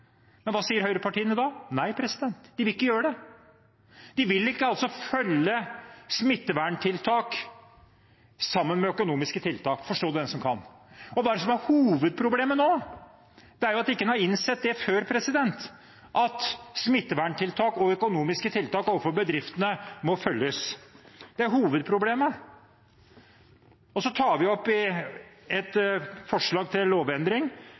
De vil ikke følge opp smitteverntiltak med økonomiske tiltak. Forstå det den som kan. Hva er det som er hovedproblemet nå? Det er at en ikke har innsett det før, at smitteverntiltak og økonomiske tiltak overfor bedriftene må følges ad. Det er hovedproblemet. Så tar vi opp i et forslag til lovendring